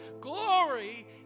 glory